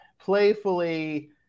playfully